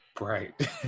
Right